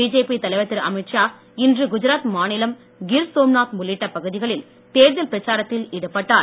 BJP தலைவர் திரு அமித்ஷா இன்று குஜராத் மாநிலம் கிர் சோம்நாத் உள்ளிட்ட பகுதிகளில் தேர்தல் பிரச்சாரத்தில் ஈடுபட்டார்